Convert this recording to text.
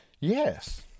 Yes